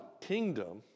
kingdom